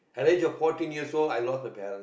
at the age of fourteen years old I lost my parents